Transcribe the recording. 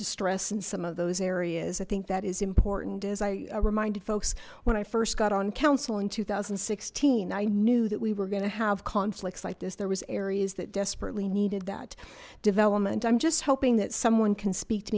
distress in some of those areas i think that is important as i reminded folks when i first got on council in two thousand and sixteen i knew that we were gonna have conflicts like this there was areas that desperately needed that development i'm just hoping that someone can speak to